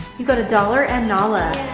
you got a dollar and nala.